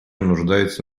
нуждается